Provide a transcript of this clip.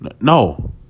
No